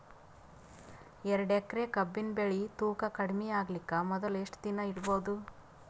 ಎರಡೇಕರಿ ಕಬ್ಬಿನ್ ಬೆಳಿ ತೂಕ ಕಡಿಮೆ ಆಗಲಿಕ ಮೊದಲು ಎಷ್ಟ ದಿನ ಇಡಬಹುದು?